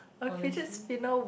honestly